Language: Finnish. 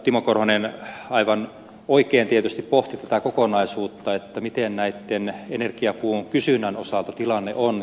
timo korhonen aivan oikein tietysti pohti tätä kokonaisuutta mikä energiapuun kysynnän osalta tilanne on